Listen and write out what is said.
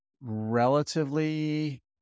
relatively